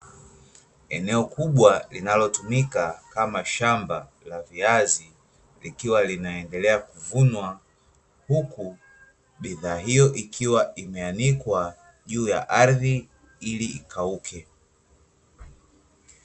Eneo kubwa linalotumika kama shamba la viazi, likiwa linaendelea kuvunwa, huku bidhaa hiyo ikiwa imeanikwa juu ya ardhi ili ikauke.